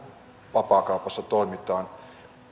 vapaakaupassa toimitaan